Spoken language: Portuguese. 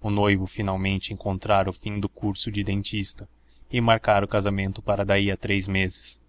o noivo finalmente encontrara o fim do curso de dentista e marcara o casamento para daí a três meses